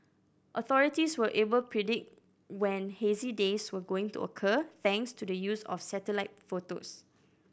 authorities were able predict when hazy days were going to occur thanks to the use of satellite photos